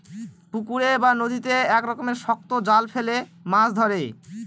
পুকুরে বা নদীতে এক রকমের শক্ত জাল ফেলে মাছ ধরে